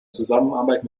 zusammenarbeit